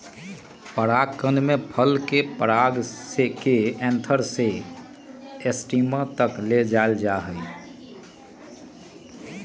परागण में फल के पराग के एंथर से स्टिग्मा तक ले जाल जाहई